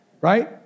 right